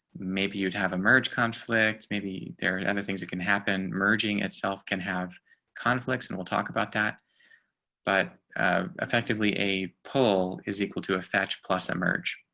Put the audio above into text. maybe you'd have emerged conflicts, maybe there are other things that can happen merging itself can have conflicts and we'll talk about that but effectively a poll is equal to a fetch plus emerge.